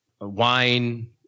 wine